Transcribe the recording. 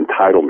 entitlement